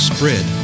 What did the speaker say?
Spread